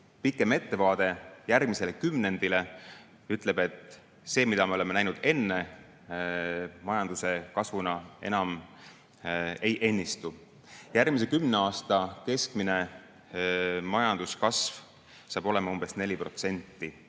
pikem ettevaade järgmisele kümnendile ütleb, et see, mida me oleme näinud enne majanduse kasvuna, enam ei ennistu. Järgmise kümne aasta keskmine majanduskasv tuleb umbes 4%